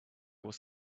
was